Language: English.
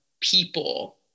people